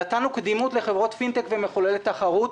נתנו קדימות לחברות פינטק ומחוללי תחרות,